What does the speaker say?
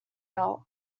felt